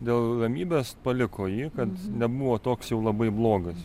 dėl ramybės paliko jį kad nebuvo toks jau labai blogas